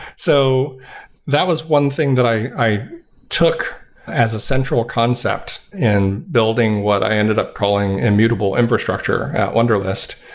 so that was one thing that i i took as a central concept in building what i ended up calling immutable infrastructure at wunderlist,